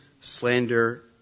slander